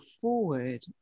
forward